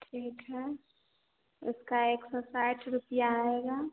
ठीक है उसका एक सौ साठ रुपये आएगा